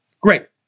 Great